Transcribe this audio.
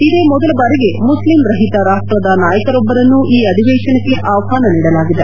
ಇದೇ ಮೊದಲ ಬಾರಿಗೆ ಮುಸ್ಲಿಂ ರಹಿತ ರಾಷ್ಷದ ನಾಯಕರೊಬ್ಲರನ್ನು ಈ ಅಧಿವೇಶನಕ್ಕೆ ಆಹ್ವಾನ ನೀಡಲಾಗಿದೆ